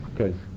Okay